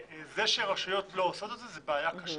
זה שרשויות לא עושות את זה זו בעיה קשה.